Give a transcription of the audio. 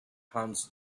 hans